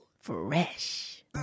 fresh